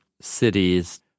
cities